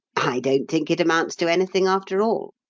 i don't think it amounts to anything, after all,